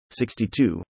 62